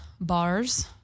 Bars